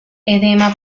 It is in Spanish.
edema